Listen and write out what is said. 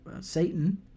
Satan